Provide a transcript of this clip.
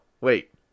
Wait